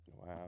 Wow